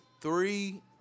Three